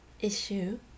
issue